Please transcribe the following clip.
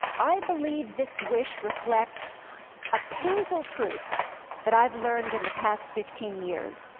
i believe this wish reflects a painful truth that i've learned in the past fifteen years.